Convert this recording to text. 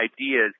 ideas